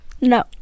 No